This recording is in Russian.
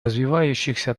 развивающихся